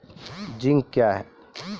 Zinc क्या हैं?